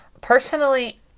Personally